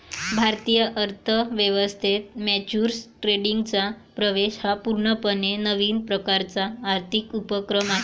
भारतीय अर्थ व्यवस्थेत फ्युचर्स ट्रेडिंगचा प्रवेश हा पूर्णपणे नवीन प्रकारचा आर्थिक उपक्रम आहे